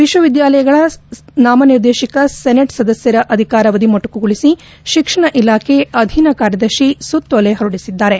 ವಿಶ್ವವಿದ್ವಾಲಯಗಳ ನಾಮನಿರ್ದೇಶಿತ ಸೆನೆಟ್ ಸದಸ್ಯರ ಅಧಿಕಾರವಾಧಿ ಮೊಟಕುಗೊಳಿಸಿ ಶಿಕ್ಷಣ ಇಲಾಖೆ ಅಧೀನ ಕಾರ್ಯದರ್ಶಿ ಸುತ್ತೋಲೆ ಹೊರಡಿಸಿದ್ದಾರೆ